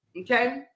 Okay